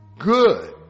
Good